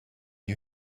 you